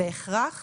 בהכרח